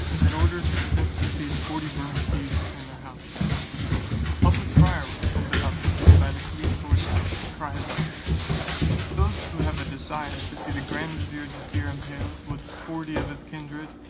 and orders were sent to seize forty bermukkees in their houses a public crier was sent about the city by the caliph's order, to cry thus those who have a desire to see the grand vizier jaaffier impaled, with forty of his kindred,